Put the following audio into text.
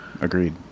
Agreed